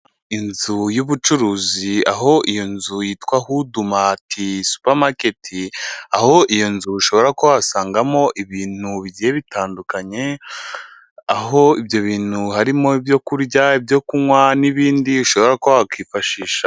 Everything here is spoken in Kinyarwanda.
Inzu y'ubucuruzi aho iyo nzu yitwa hudumati supamaketi. Aho iyo nzu ushobora kuhasangamo ibintu bigiye bitandukanye. Aho ibyo bintu harimo ibyo kurya, ibyo kunywa n'ibindi ushobora wakwifashisha.